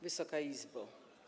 Wysoka Izbo!